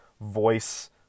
voice